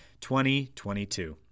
2022